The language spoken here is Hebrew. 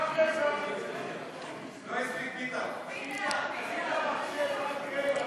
סעיפים 1 3 נתקבלו.